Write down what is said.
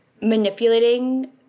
manipulating